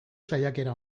saiakera